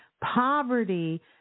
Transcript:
Poverty